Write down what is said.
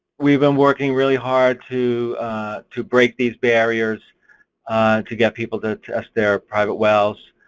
we've been working really hard to to break these barriers to get people to test their private wells.